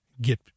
get